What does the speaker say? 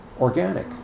organic